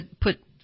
put